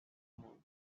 monk